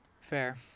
Fair